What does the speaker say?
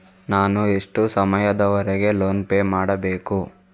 ನಾನು ಎಷ್ಟು ಸಮಯದವರೆಗೆ ಲೋನ್ ಪೇ ಮಾಡಬೇಕು?